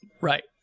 right